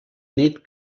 nit